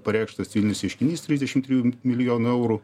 pareikštas civilinis ieškinys trisdešim trijų milijonų eurų